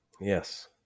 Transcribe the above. Yes